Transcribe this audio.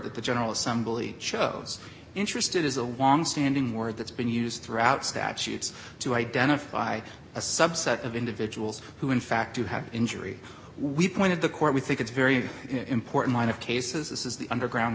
that the general assembly chose interested is a longstanding word that's been used throughout statutes to identify a subset of individuals who in fact you have injury we pointed the court we think it's very important line of cases this is the underground